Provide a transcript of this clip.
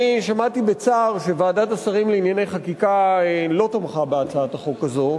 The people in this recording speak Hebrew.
שמעתי בצער שוועדת השרים לענייני חקיקה לא תמכה בהצעת החוק הזאת.